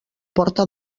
porta